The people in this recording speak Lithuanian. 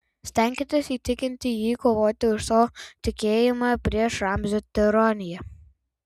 stenkitės įtikinti jį kovoti už savo tikėjimą prieš ramzio tironiją